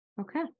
Okay